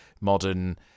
modern